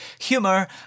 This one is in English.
humour